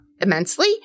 immensely